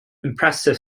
impressive